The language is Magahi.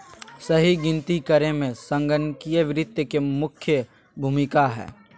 सही गिनती करे मे संगणकीय वित्त के मुख्य भूमिका हय